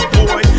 boy